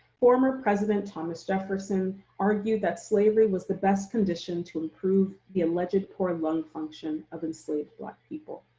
former president thomas jefferson argued that slavery was the best condition to improve the alleged poor lung function of enslaved black people.